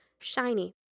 shiny